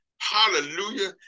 Hallelujah